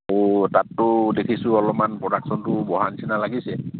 অ' তাততো দেখিছোঁ অলপমান প্ৰডাকশ্যনটো বঢ়া নিচিনা লাগিছে